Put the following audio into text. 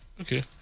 Okay